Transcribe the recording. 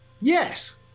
Yes